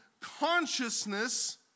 consciousness